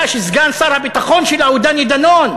שסגן שר הביטחון שלה הוא דני דנון,